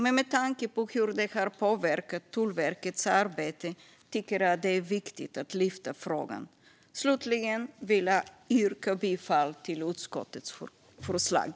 Men med tanke på hur den har påverkat Tullverkets arbete tycker jag att det är viktigt att lyfta frågan. Slutligen vill jag yrka bifall till utskottets förslag.